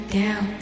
down